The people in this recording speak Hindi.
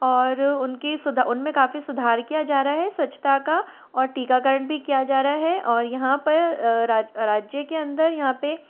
और उनकी सुधा उन में काफ़ी सुधार किया जा रहा है स्वच्छता का और टीकाकरण भी किया जा रहा है और यहाँ पर राज्य के अंदर यहाँ पर